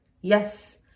Yes